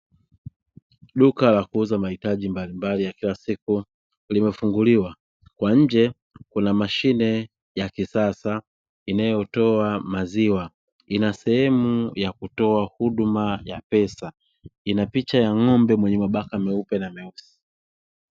Duka la kuuza mahitaji mbalimbali ya kila siku limefunguliwa kwa nje Kuna mashine ya kisasa inayotoa maziwa ina sehemu ya kutoa huduma ya pesa ina picha ya ng'ombe mwenye mabaka meupe na meusi.